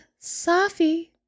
Safi